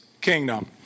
kingdom